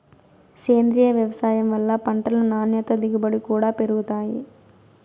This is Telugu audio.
సేంద్రీయ వ్యవసాయం వల్ల పంటలు నాణ్యత దిగుబడి కూడా పెరుగుతాయి